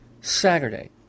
Saturday